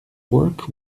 work